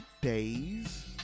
days